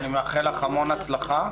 ואני מאחל לך המון הצלחה.